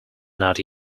not